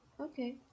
Okay